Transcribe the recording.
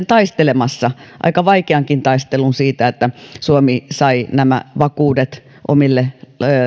taistelemassa aika vaikeankin taistelun siitä että suomi sai nämä vakuudet omille